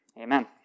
Amen